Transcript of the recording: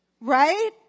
right